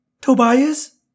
Tobias